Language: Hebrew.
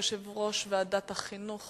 יושב-ראש ועדת החינוך,